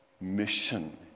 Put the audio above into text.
mission